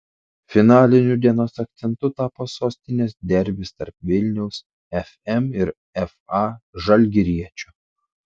finaliniu dienos akcentu tapo sostinės derbis tarp vilniaus fm ir fa žalgiriečio